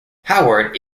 howard